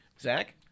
Zach